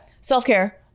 Self-care